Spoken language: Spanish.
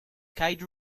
keith